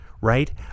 right